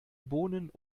bohnen